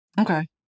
Okay